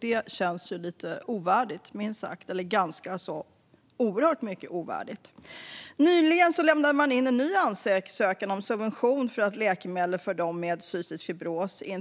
Det känns minst sagt ovärdigt, oerhört ovärdigt. Nyligen lämnade man in en ny ansökan